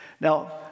Now